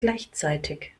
gleichzeitig